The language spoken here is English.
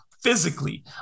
physically